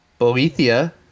Boethia